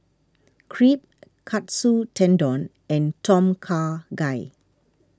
Crepe Katsu Tendon and Tom Kha Gai